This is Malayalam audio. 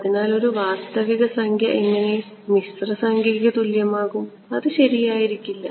അതിനാൽ ഒരു വാസ്തവിക സംഖ്യ എങ്ങനെ മിശ്രസംഖ്യയ്ക്ക് തുല്യമാകും അത് ശരിയായിരിക്കില്ല